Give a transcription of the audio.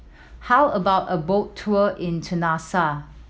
how about a boat tour in Tunisia